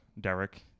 derek